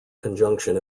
conjunction